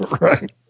Right